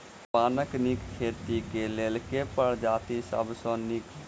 पानक नीक खेती केँ लेल केँ प्रजाति सब सऽ नीक?